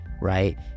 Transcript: right